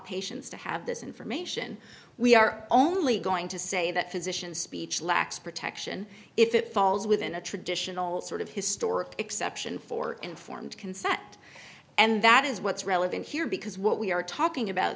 patients to have this information we are only going to say that physician speech lacks protection if it falls within a traditional sort of historic exception for informed consent and that is what's relevant here because what we are talking about